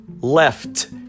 left